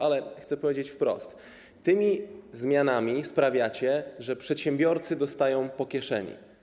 Ale chcę powiedzieć wprost: tymi zmianami sprawiacie, że przedsiębiorcy dostają po kieszeni.